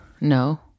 no